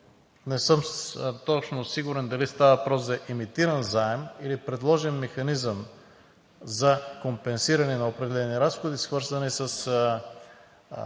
Не съм точно сигурен дали става въпрос за емитиран заем, или е предложен механизъм за компенсиране на определени разходи, свързани с